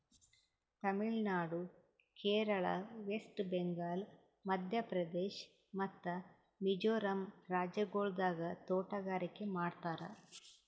Tamil Nadu, Kerala, west Bengal, Madhya Pradesh ಮತ್ತ ಮಿಜೋರಂ ರಾಜ್ಯಗೊಳ್ದಾಗ್ ತೋಟಗಾರಿಕೆ ಮಾಡ್ತಾರ್